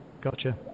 Gotcha